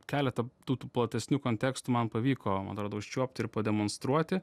keletą tų tų platesnių kontekstų man pavyko man atrodo čiuopti ir pademonstruoti